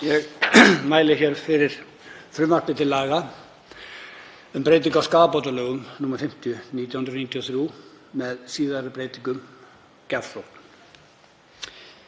Ég mæli hér fyrir frumvarpi til laga um breytingu á skaðabótalögum, nr. 50/1993, með síðari breytingum,